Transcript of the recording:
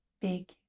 big